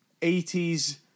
80s